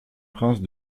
prince